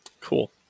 Cool